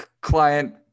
client